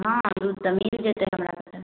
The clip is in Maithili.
हँ दूध तऽ मिल जेतै हमरा अतऽ